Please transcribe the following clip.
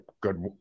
good